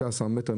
15 מטרים.